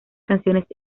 canciones